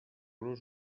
los